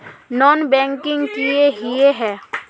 Non banking किए हिये है?